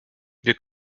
wir